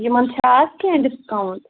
یِمَن چھا آز کیٚنہہ ڈِسکاوُنٛٹ